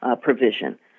provision